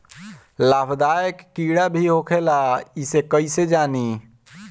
लाभदायक कीड़ा भी होखेला इसे कईसे जानी?